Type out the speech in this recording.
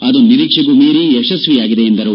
ಅದು ನಿರೀಕ್ಷೆಗೂ ಮೀರಿ ಯಶಸ್ವಿಯಾಗಿದೆ ಎಂದರು